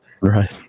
right